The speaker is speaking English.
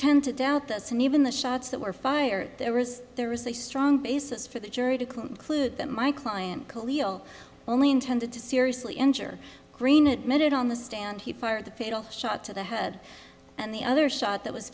tend to doubt the us and even the shots that were fired there was there was a strong basis for the jury to conclude that my client coolio only intended to seriously injure green admitted on the stand he fired the fatal shot to the head and the other shot that was